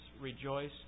Rejoice